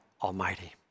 Almighty